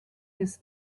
his